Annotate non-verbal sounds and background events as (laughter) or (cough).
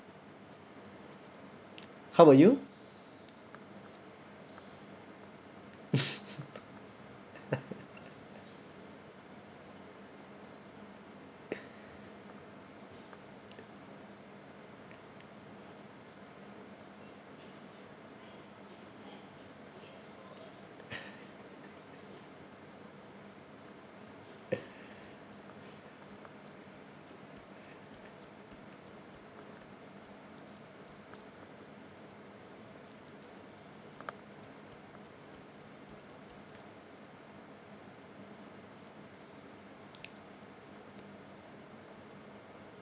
how about you (laughs)